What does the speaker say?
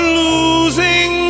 losing